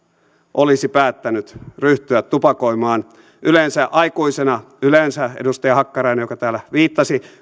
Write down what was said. olisi päättänyt ryhtyä tupakoimaan yleensä aikuisena yleensä edustaja hakkarainen joka täällä viittasi